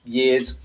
years